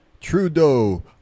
Trudeau